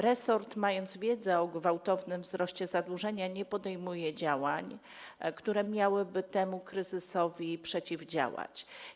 Resort, mając wiedzę o gwałtownym wzroście zadłużenia, nie podejmuje działań, które miałyby temu kryzysowi przeciwdziałać.